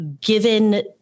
given